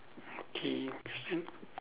okay your question